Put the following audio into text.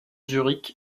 zurich